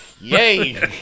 Yay